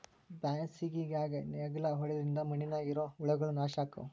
ಬ್ಯಾಸಿಗ್ಯಾಗ ನೇಗ್ಲಾ ಹೊಡಿದ್ರಿಂದ ಮಣ್ಣಿನ್ಯಾಗ ಇರು ಹುಳಗಳು ನಾಶ ಅಕ್ಕಾವ್